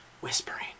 Whispering